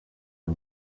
une